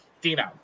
Dino